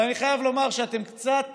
אבל אני חייב לומר שאתם קצת